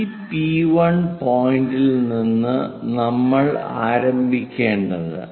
ഈ പി1 പോയിന്റിൽ നിന്നാണ് നമ്മൾ ആരംഭിക്കേണ്ടത്